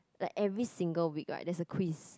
like every single week right there's a quiz